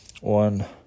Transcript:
One